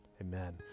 Amen